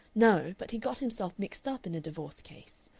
no, but he got himself mixed up in a divorce case.